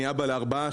אז אני אבא לארבעה,